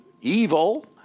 evil